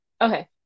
Okay